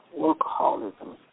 alcoholism